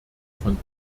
von